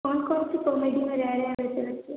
कौन कौन सी कॉमेडी में रह रहे हैं वैसे बच्चे